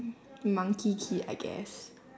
monkey kid I guess